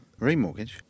Remortgage